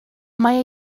mae